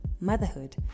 Motherhood